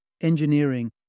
engineering